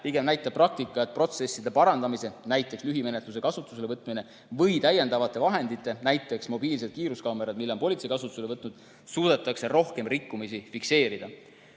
Pigem näitab praktika, et protsesside parandamisega, näiteks lühimenetluse kasutuselevõtmisega, või täiendavate vahenditega, näiteks mobiilsete kiiruskaameratega, mille politsei on kasutusele võtnud, suudetakse rohkem rikkumisi fikseerida.